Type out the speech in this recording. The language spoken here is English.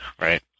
Right